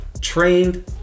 trained